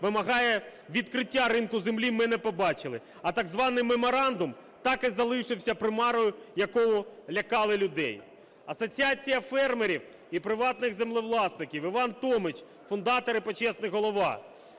вимагає відкриття ринку землі ми не побачили, а так званий меморандум так і залишився примарою, якою лякали людей". Асоціація фермерів і приватних землевласників, Іван Томич, фундатор і почесний голова.